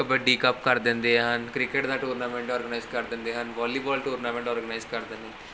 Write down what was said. kabaddi cup ਕਰ ਦਿੰਦੇ ਹਨ ਕ੍ਰਿਕਟ ਦਾ ਟੂਰਨਾਮੈਂਟ ਔਰਗਨਾਈਜ਼ ਕਰ ਦਿੰਦੇ ਹਨ ਵੋਲੀਬਾਲ ਟੂਰਨਾਮੈਂਟ ਔਰਗਨਾਈਜ਼ ਕਰ ਦਿੰਦੇ